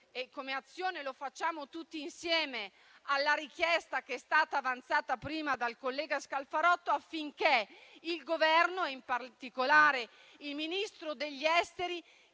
e come Azione lo facciamo tutti insieme - alla richiesta che è stata avanzata prima dal collega Scalfarotto, affinché il Governo e in particolare il Ministro degli affari